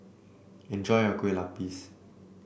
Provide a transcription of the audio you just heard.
enjoy your Kueh Lupis